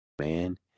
man